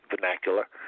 vernacular